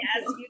yes